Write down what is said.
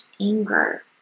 anger